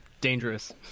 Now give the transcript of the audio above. dangerous